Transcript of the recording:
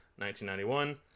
1991